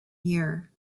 year